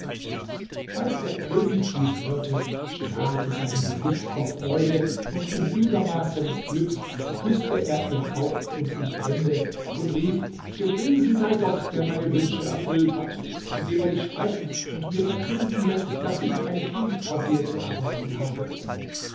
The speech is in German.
als der könig dies hörte strahlte sein gesicht vor freude und im übermaß seines glücks küßte er ihr haupt und ihre hände und rief gepriesen sei gott der meine wünsche erfüllt hat indem er dich sprechen und mir verkünden läßt daß ich ein kind von dir zu erwarten habe